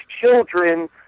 children